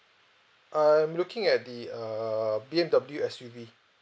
uh I'm looking at the err B_M_W S_U_V